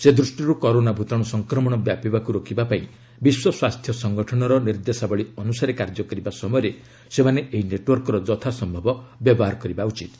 ସେ ଦୃଷ୍ଟିରୁ କରୋନା ଭୂତାଣୁ ସଂକ୍ରମଣ ବ୍ୟାପିବାକୁ ରୋକିବା ପାଇଁ ବିଶ୍ୱ ସ୍ୱାସ୍ଥ୍ୟ ସଂଗଠନର ନିର୍ଦ୍ଦେଶାବଳୀ ଅନୁସାରେ କାର୍ଯ୍ୟ କରିବା ସମୟରେ ସେମାନେ ଏହି ନେଟୱର୍କର ଯଥାସ୍ୟବ ବ୍ୟବହାର କରିବା ଉଚିତ୍